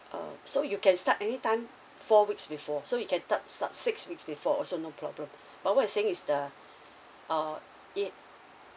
um so you can start anytime four weeks before so you can tart~ start six weeks before also no problem but what I'm saying is the uh it